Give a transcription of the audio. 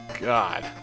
God